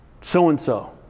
so-and-so